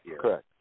Correct